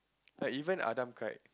ah even Adam cried